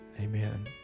Amen